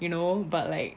you know but like